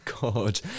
God